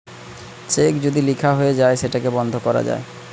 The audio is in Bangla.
চেক যদি লিখা হয়ে যায় সেটাকে বন্ধ করা যায়